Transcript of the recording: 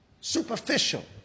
superficial